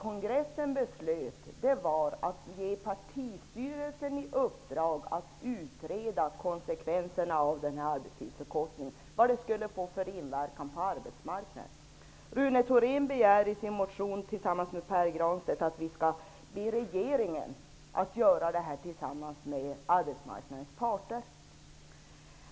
Kongressen beslutade att ge partistyrelsen i uppdrag att utreda konsekvenserna av arbetstidsförkortningen och vad den skulle få för inverkan på arbetsmarknaden. Rune Thorén tillsammans med Pär Granstedt begär i sin motion att riksdagen skall be regeringen att utreda detta tillsammans med arbetsmarknadens parter.